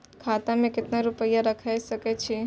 खाता में केतना रूपया रैख सके छी?